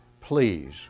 please